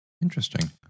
Interesting